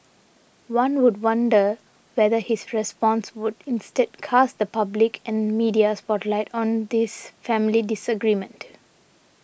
one would wonder whether his response would instead cast the public and media spotlight on this family disagreement